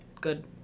good